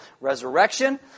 resurrection